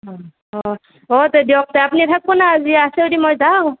অঁ অঁ তে দিয়ক তে আপুনি থাকিব না আজি আছেই যদি মই যাওঁ